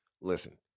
Listen